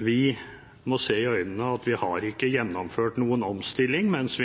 vi ikke har gjennomført noen omstilling –